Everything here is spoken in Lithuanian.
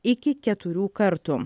iki keturių kartų